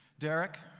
derrick,